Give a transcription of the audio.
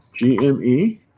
GME